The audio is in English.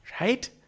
Right